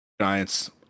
Giants